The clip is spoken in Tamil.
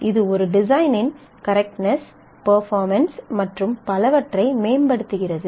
இது ஒரு டிசைனின் கரெக்ட்னஸ் பெர்பார்மன்ஸ் மற்றும் பலவற்றை மேம்படுத்துகிறது